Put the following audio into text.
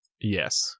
Yes